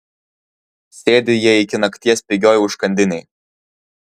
sėdi jie iki nakties pigioj užkandinėj